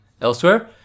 Elsewhere